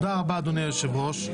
תודה רבה, אדוני היושב-ראש.